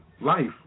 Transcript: Life